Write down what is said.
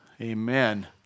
Amen